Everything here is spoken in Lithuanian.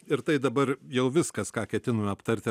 ir tai dabar jau viskas ką ketinome aptarti